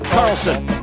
Carlson